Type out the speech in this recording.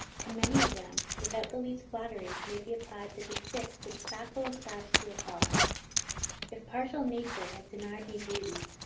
to many of them, without the least flattery, may be applied the distich which sappho ascribes to herself if partial nature has denied me beauty,